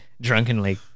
Drunkenly